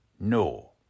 No